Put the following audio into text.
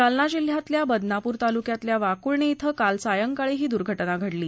जालना जिल्ह्यातल्या बदनापूर तालुक्यातल्या वाकुळणी इथं काल सायंकाळी ही दुर्घटना घडली